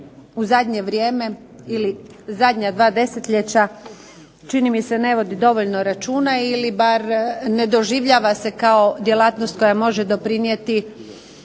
o kojoj se u zadnja dva desetljeća čini mi se ne vodi dovoljno računa ili bar ne doživljava se kao djelatnost koja može doprinijeti